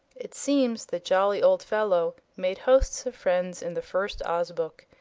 it seems the jolly old fellow made hosts of friends in the first oz book,